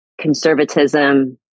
conservatism